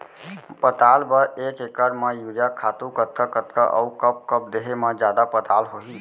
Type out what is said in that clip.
पताल बर एक एकड़ म यूरिया खातू कतका कतका अऊ कब कब देहे म जादा पताल होही?